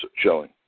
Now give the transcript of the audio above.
showing